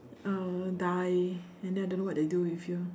uh die and then I don't know what they do with you